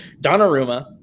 Donnarumma